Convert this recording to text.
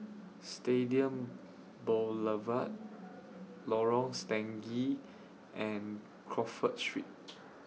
Stadium Boulevard Lorong Stangee and Crawford Street